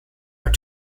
are